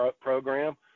program